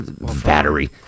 Battery